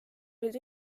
olid